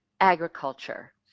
agriculture